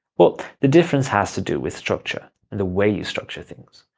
but the difference has to do with structure and the way you structure things.